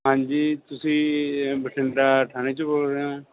ਹਾਂਜੀ ਤੁਸੀਂ ਬਠਿੰਡਾ ਥਾਣੇ 'ਚੋਂ ਬੋਲ ਰਹੇ ਹੋ